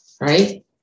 right